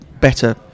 better